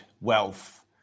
wealth